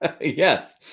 Yes